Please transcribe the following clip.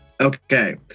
okay